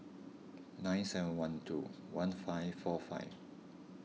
nine seven one two one five four five